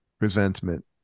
resentment